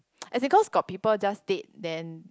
and because got people just date then